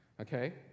okay